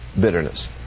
bitterness